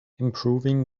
improving